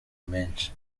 menshi